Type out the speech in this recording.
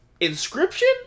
inscription